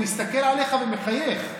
הוא מסתכל עליך ומחייך.